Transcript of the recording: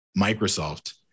Microsoft